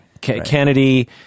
Kennedy